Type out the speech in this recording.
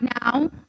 now